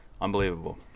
Unbelievable